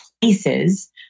places